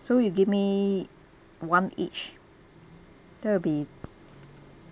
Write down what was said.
so you give me one each that will be